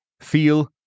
feel